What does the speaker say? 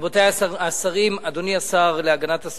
רבותי השרים, אדוני השר להגנת הסביבה,